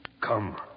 Come